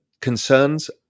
concerns